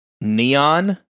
neon